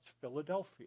Philadelphia